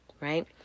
right